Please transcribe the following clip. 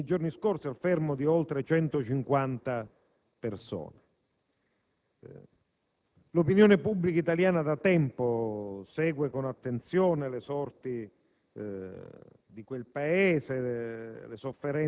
avvenuti intorno al 15 agosto e che hanno portato nei giorni scorsi al fermo di oltre 150 persone. L'opinione pubblica italiana da tempo segue con attenzione le sorti